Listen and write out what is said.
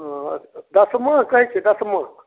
हँ दसमा कहै छै दसमाके